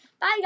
Bye